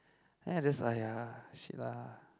then I just !aiya! shit lah